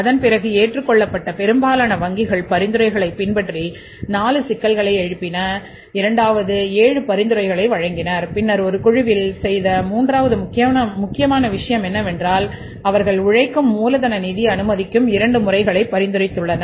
அதன்பிறகு ஏற்றுக்கொள்ளப்பட்ட பெரும்பாலான வங்கிகள் பரிந்துரைகளைப் பின்பற்றி 4 சிக்கல்களை எழுப்பின இரண்டாவது 7 பரிந்துரைகளை வழங்கினர் பின்னர் ஒரு குழுவில் செய்த மூன்றாவது முக்கியமான விஷயம் என்னவென்றால் அவர்கள் உழைக்கும் மூலதன நிதி அனுமதிக்கும் 2 முறைகளை பரிந்துரைத்துள்ளனர்